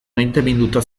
maiteminduta